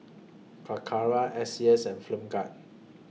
Calacara S C S and Flim Gad